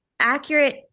accurate